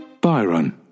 Byron